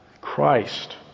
Christ